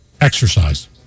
Exercise